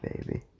baby